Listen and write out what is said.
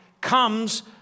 comes